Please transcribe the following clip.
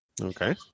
Okay